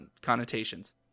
connotations